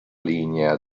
lignea